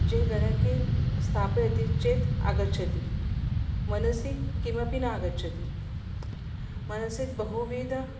ये गणके स्थापयति चेत् आगच्छति मनसि किमपि न आगच्छति मनसि द् बहुविधाः